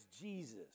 Jesus